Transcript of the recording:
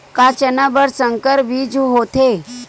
का चना बर संकर बीज होथे?